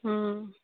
हूँ